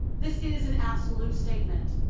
this is an absolute statement.